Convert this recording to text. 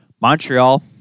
Montreal